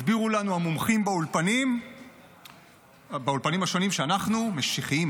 הסבירו לנו המומחים באולפנים השונים שאנחנו משיחיים,